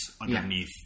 underneath